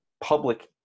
public